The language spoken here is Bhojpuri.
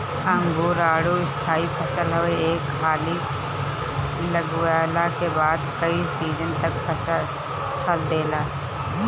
अंगूर, आडू स्थाई फसल हवे एक हाली लगवला के बाद कई सीजन तक फल देला